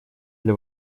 для